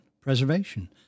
preservation